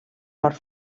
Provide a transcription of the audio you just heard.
port